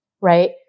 right